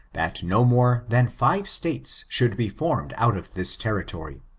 that no more than five states should be formed out of this territory,